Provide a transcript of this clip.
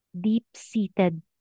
deep-seated